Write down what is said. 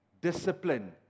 discipline